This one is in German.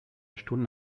stunden